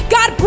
God